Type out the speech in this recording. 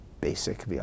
Basic